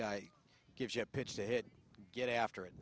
guy gives you a pitch to hit get after it